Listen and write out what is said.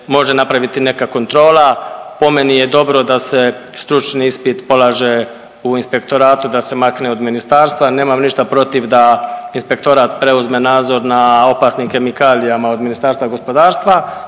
može napraviti neka kontrola. Po meni je dobro da se stručni ispit polaže u inspektoratu, da se makne od ministarstva. Nemam ništa protiv da inspektorat preuzme nadzor nad opasnim kemikalijama od Ministarstva gospodarstva